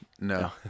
No